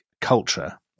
culture